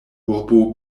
urbo